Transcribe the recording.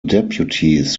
deputies